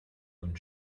und